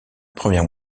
première